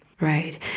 Right